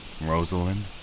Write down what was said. Rosalind